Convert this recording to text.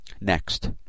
Next